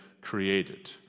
created